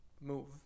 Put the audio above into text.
move